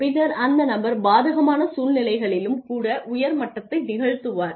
பின்னர் அந்த நபர் பாதகமான சூழ்நிலைகளிலும் கூட உயர் மட்டத்தை நிகழ்த்துவார்